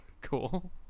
Cool